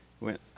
went